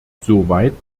soweit